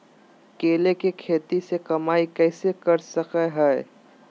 केले के खेती से कमाई कैसे कर सकय हयय?